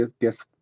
guess